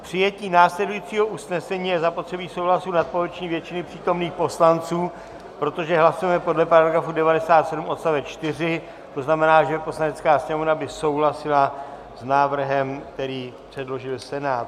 K přijetí následujícího usnesení je zapotřebí souhlasu nadpoloviční většiny přítomných poslanců, protože hlasujeme podle § 97 odst. 4, to znamená, že Poslanecká sněmovna by souhlasila s návrhem, který předložil Senát.